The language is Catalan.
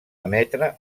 emetre